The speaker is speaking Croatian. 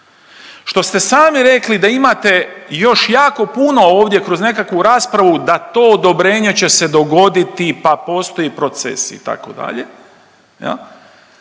Što ste sami rekli da imate još jako puno ovdje kroz nekakvu raspravu da to odobrenje će se dogoditi pa postoji proces itd. da